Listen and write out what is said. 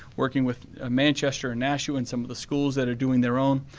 working with ah manchester, nashua and some of the schools that are doing their own.